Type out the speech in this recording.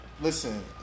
Listen